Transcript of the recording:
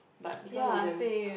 but because of them